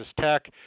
Tech